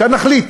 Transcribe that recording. %9, 10% נחליט.